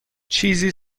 چیزی